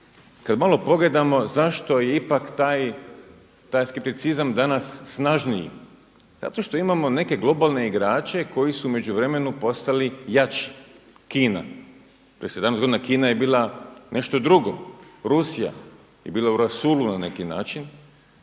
Kada malo pogledamo zašto je ipak taj skepticizam danas snažniji? Zato što imamo neke globalne igrače koji su u međuvremenu postali jači. Kina, prije 17 godina Kina je bila nešto drugo. Rusija je bila u rasulu na neki način.